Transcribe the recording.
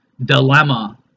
dilemma